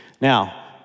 Now